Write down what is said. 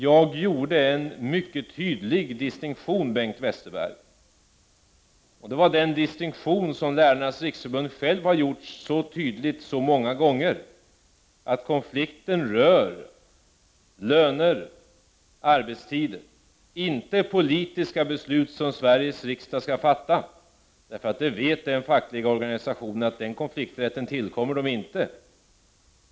Jag gjorde en mycket tydlig distinktion, Bengt Westerberg. Det var den distinktion som företrädare för Lärarnas riksförbund själva har gjort så tydligt så många gånger, nämligen att konflikten rör löner och arbetstider — inte politiska beslut som Sveriges riksdag skall fatta. Den fackliga organisationen vet att konflikträtten inte tillkommer dem.